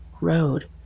Road